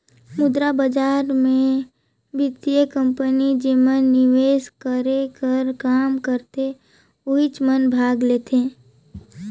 मुद्रा बजार मे बित्तीय कंपनी जेमन निवेस करे कर काम करथे ओहिच मन भाग लेथें